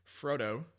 Frodo